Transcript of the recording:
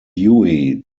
huey